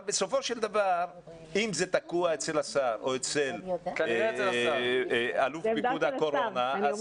בסופו של דבר אם זה תקוע אצל השר או אצל אלוף פיקוד הקורונה,